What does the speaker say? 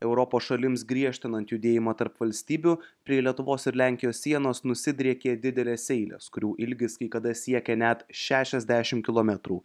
europos šalims griežtinant judėjimą tarp valstybių prie lietuvos ir lenkijos sienos nusidriekė didelės eilės kurių ilgis kai kada siekia net šešasdešimt kilometrų